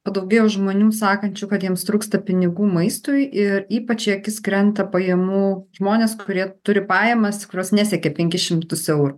padaugėjo žmonių sakančių kad jiems trūksta pinigų maistui ir ypač į akis krenta pajamų žmonės kurie turi pajamas kurios nesiekia penkis šimtus eurų